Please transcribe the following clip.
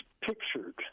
pictured